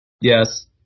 Yes